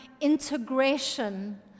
integration